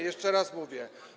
Jeszcze raz to mówię.